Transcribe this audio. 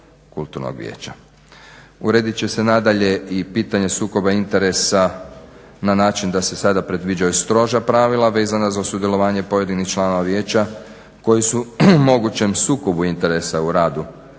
kulturnog vijeća. Uredit će se nadalje i pitanje sukoba interesa na način da se sada predviđaju stroža pravila vezana za sudjelovanje pojedinih članova vijeća koji su u mogućem sukobu interesa u radu